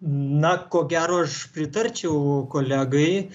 na ko gero aš pritarčiau kolegai